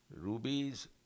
Rubies